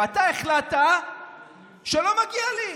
ואתה החלטת שלא מגיע לי.